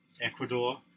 Ecuador